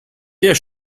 der